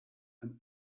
and